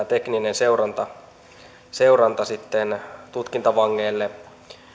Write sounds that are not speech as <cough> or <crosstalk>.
<unintelligible> tekninen seuranta seuranta tutkintavangeille